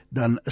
dan